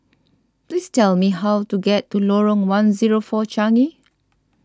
please tell me how to get to Lorong one zero four Changi